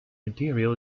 material